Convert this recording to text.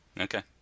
Okay